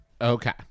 Okay